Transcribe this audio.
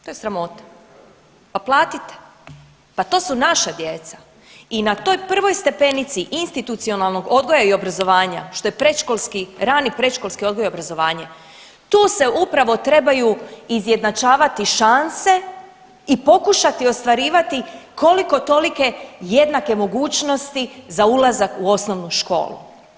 To je sramota, pa platite, pa to su naša djeca i na toj prvoj stepenici institucionalnog odgoja i obrazovanja što je predškolski, rani predškolski odgoj i obrazovanje, tu se upravo trebaju izjednačavati šanse i pokušati ostvarivati koliko tolike jednake mogućnosti za ulazak u osnovnu školu.